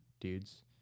dudes